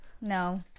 No